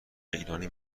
ایرانی